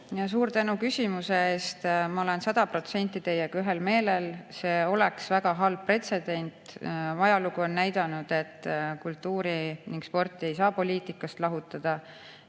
Suur tänu küsimuse eest! Ma olen sada protsenti teiega ühel meelel. See oleks väga halb pretsedent. Ajalugu on näidanud, et kultuuri ja sporti ei saa poliitikast lahutada.